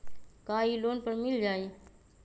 का इ लोन पर मिल जाइ?